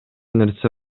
нерсе